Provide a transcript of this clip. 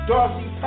Darcy